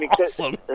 awesome